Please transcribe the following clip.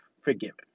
forgiven